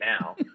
now